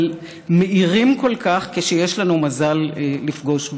אבל מאירים כל כך כשיש לנו מזל לפגוש בהם.